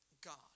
God